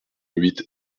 huit